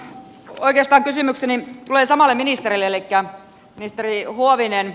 oikeastaan kysymykseni tulee samalle ministerille elikkä ministeri huoviselle